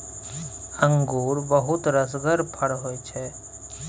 अंगुर बहुत रसगर फर होइ छै